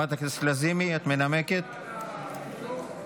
אני קובע כי הצעת החוק לצמצום משרדי ממשלה ולהעברת תקציבם למאמץ